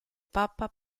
papa